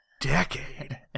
decade